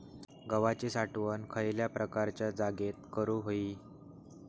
गव्हाची साठवण खयल्या प्रकारच्या जागेत करू होई?